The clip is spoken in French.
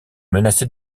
menacée